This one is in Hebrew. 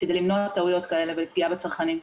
כדי למנוע טעויות כאלה ופגיעה בצרכנים.